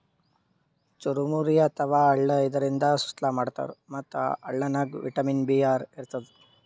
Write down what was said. ಚುರಮುರಿ ಅಥವಾ ಅಳ್ಳ ಇದರಿಂದ ಸುಸ್ಲಾ ಮಾಡ್ತಾರ್ ಮತ್ತ್ ಅಳ್ಳನಾಗ್ ವಿಟಮಿನ್ ಬಿ ಆರ್ ಇರ್ತದ್